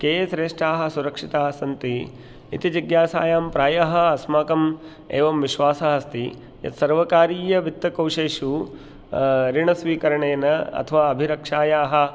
के श्रेष्ठाः सुरक्षिताः सन्ति इति जिज्ञासायां प्रायः अस्माकम् एवं विश्वासः अस्ति यत् सर्वकारीय वित्तकोशेषु ऋणस्वीकरणेन अथवा अभिरक्षायाः